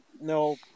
no